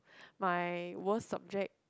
my worst subject